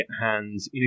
hands